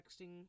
texting